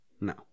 No